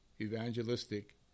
evangelistic